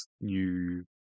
new